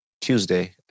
Tuesday